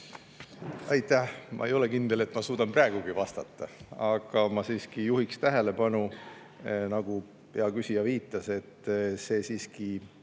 Aitäh! Ma ei ole kindel, et ma suudan praegugi vastata, aga ma juhin tähelepanu, nagu hea küsijagi viitas, et see on